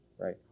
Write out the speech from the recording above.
Right